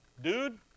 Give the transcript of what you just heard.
dude